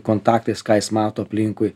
kontaktais ką jis mato aplinkui